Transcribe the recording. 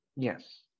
Yes